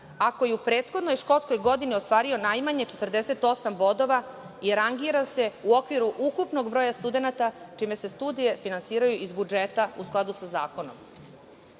ako je u prethodnoj školskoj godini ostvario najmanje 48 bodova i rangira se u okviru ukupnog broja studenata, čime se studije finansiraju iz budžeta u skladu sa Zakonom. Bitno